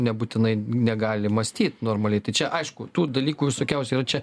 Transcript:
nebūtinai negali mąstyt normaliai tai čia aišku tų dalykų visokiausių yra čia